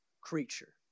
creature